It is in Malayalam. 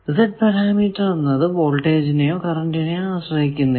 Z പാരാമീറ്റർ എന്നത് വോൾടേജിനെയോ കറന്റിനെയോ ആശ്രയിക്കുന്നില്ല